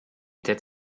did